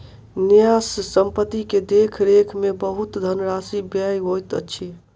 न्यास संपत्ति के देख रेख में बहुत धनराशि व्यय होइत अछि